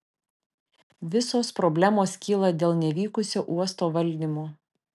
visos problemos kyla dėl nevykusio uosto valdymo